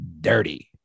dirty